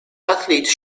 athlete